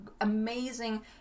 amazing